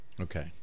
Okay